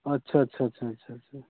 अच्छा अच्छा अच्छा अच्छा छा छा